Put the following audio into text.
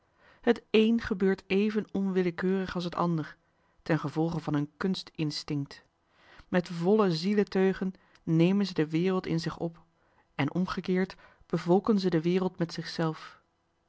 het een gebeurt even onwillekeurig als het ander ten gevolge van hun kunst instinct met volle zieleteugen nemen ze de wereld in zich op en omgekeerd bevolken ze de wereld met zichzelf